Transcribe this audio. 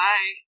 Bye